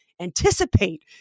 Anticipate